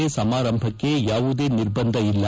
ಸಮಾರಂಭಕ್ಕೆ ಯಾವುದೇ ನಿರ್ಬಂಧ ಇಲ್ಲ